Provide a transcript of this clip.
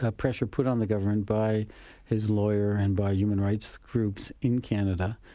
ah pressure put on the government by his lawyer and by human rights groups in canada.